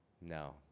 No